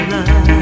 love